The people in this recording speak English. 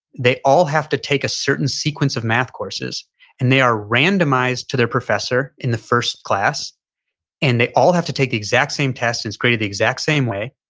they all have to take a certain sequence of math courses and they are randomized to their professor in the first class and they all have to take the exact same test, is created the exact same way.